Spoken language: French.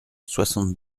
soixante